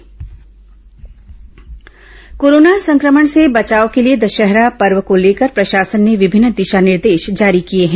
रावण पतला दहन कोरोना संक्रमण से बचाव के लिए दशहरा पर्व को लेकर प्रशासन ने विभिन्न दिशा निर्देश जारी किए हैं